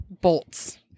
Bolts